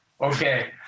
Okay